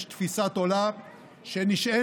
יש תפיסת עולם שנשענת